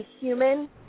human